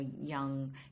young